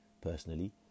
personally